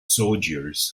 soldiers